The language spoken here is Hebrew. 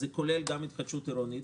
כוללות גם התחדשות עירונית,